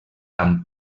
amb